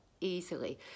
easily